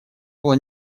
было